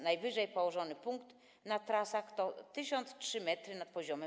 Najwyżej położony punkt na trasach to 1003 m n.p.m.